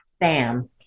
bam